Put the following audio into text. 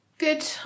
good